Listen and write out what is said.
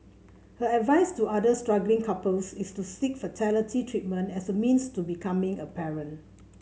her advice to other struggling couples is to seek fertility treatment as a means to becoming a parent